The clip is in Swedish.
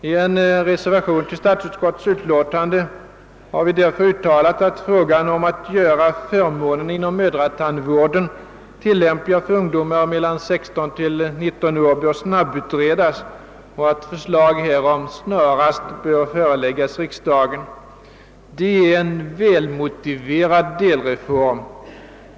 I en reservation till utskottets utlåtande har vi därför uttalat att frågan om att göra förmånerna inom mödratandvården tillämpliga för ungdomar mellan 16 och 19 år bör snabbutredas och att förslag snarast bör föreläggas riksdagen. Det är en välmotiverad delreform.